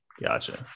Gotcha